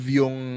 yung